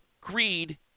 greed